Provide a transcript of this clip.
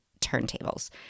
turntables